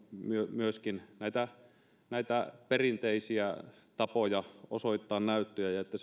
myöskin näitä näitä perinteisiä tapoja osoittaa näyttöjä ja että